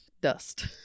Dust